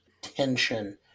tension